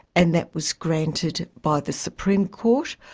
and that was granted by the supreme court,